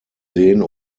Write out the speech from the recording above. seen